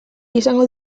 izango